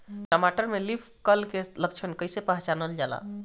टमाटर में leaf curl के लक्षण कइसे पहचानल जाला?